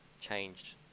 changed